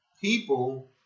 people